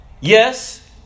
Yes